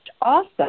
awesome